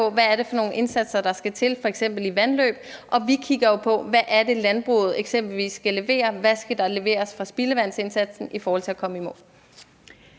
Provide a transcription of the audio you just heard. hvad det er for nogle indsatser, der skal til, f.eks. i vandløb. Og vi kigger jo på, hvad det er, landbruget eksempelvis skal levere, og hvad der skal leveres fra spildevandsindsatsen i forhold til at komme i mål?